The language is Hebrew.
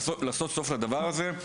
לעשות סוף לדבר הזה.